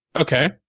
Okay